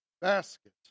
basket